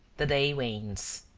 the day wanes.